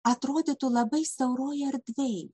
atrodytų labai siauroj erdvėj